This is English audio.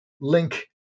link